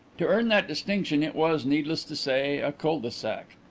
to earn that distinction it was, needless to say, a cul-de-sac.